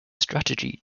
strategy